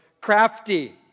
crafty